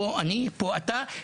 ״פה אני ופה אתה״.